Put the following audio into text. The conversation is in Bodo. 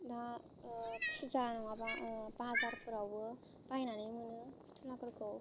दा फुजा नङाबा बाजारफोरावबो बायनानै मोनो फुथुलाफोरखौ